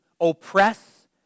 oppress